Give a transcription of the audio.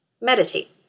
Meditate